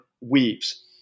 weaves